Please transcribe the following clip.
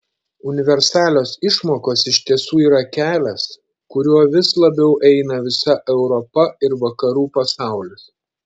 universalios išmokos iš tiesų yra kelias kuriuo vis labiau eina visa europa ir vakarų pasaulis